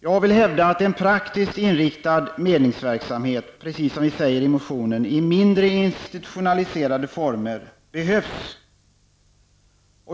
Jag vill hävda att en praktiskt inriktad medlingsverksamhet i mindre institutionaliserade former behövs.